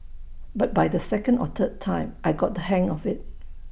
but by the second or third time I got the hang of IT